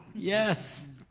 yes!